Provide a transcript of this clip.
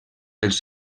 els